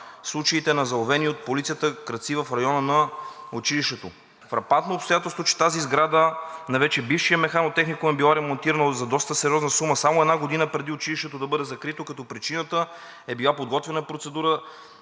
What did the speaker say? случаите на заловени от полицията крадци в района на училището. Фрапантно обстоятелство е, че тази сграда на вече бившия механотехникум е била ремонтирана за доста сериозна сума само една година преди училището да бъде закрито, като причината е била подготвяна процедура